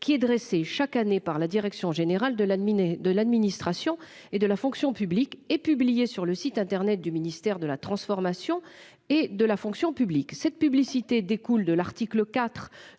qui est dressée chaque année par la direction générale de la mine et de l'administration et de la fonction publique et publié sur le site internet du ministère de la transformation. Et de la fonction publique cette publicité découle de l'article IV